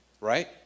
Right